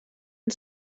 and